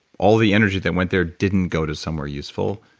all the energy that went there didn't go to somewhere useful.